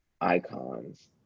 icons